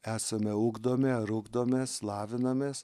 esame ugdomi ar ugdomės lavinamės